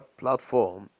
platform